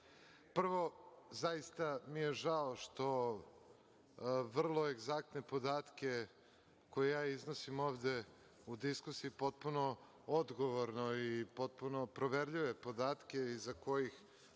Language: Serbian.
zaista mi je žao što vrlo egzaktne podatke koje iznosim ovde u diskusiji potpuno odgovorno i potpuno proverljive podatke iza kojih